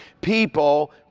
people